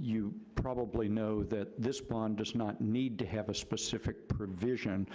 you probably know that this bond does not need to have a specific provision